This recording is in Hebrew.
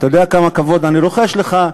אתה יודע כמה כבוד אני רוחש לך,